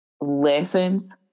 lessons